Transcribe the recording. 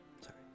sorry